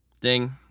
Ding